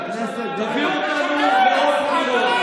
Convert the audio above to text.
אתה חתיכת שקרן.